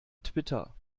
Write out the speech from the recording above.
twitter